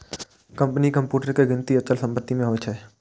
कंपनीक कंप्यूटर के गिनती अचल संपत्ति मे होइ छै